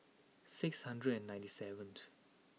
six hundred and ninety seventh